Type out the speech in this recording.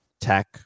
tech